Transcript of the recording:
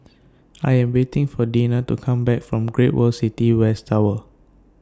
I Am waiting For Deena to Come Back from Great World City West Tower